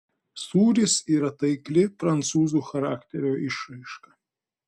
sūris yra taikli prancūzų charakterio išraiška